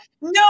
No